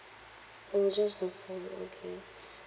orh just the phone okay